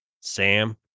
Sam